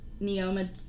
Neoma